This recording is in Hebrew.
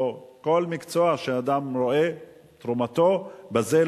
או כל מקצוע שאדם רואה תרומתו בזה,